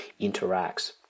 interacts